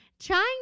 Trying